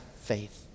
faith